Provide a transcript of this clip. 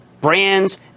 brands